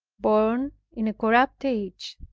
born in a corrupt age,